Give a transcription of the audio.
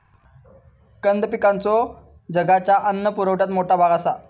कंद पिकांचो जगाच्या अन्न पुरवठ्यात मोठा भाग आसा